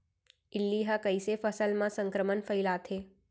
इल्ली ह कइसे फसल म संक्रमण फइलाथे?